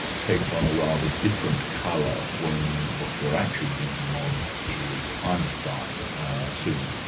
takes on a rather different colour when what you're actually thinking of is, i must die um soon.